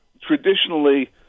Traditionally